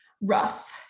rough